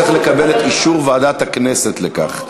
צריך לקבל את אישור ועדת הכנסת לכך.